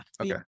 Okay